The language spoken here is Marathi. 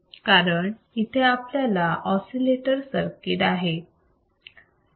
कारण इथे आपल्याकडे ऑसिलेटर सर्किट आहे